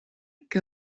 que